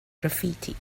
graffiti